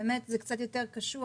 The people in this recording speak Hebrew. זה קצת יותר קשוח,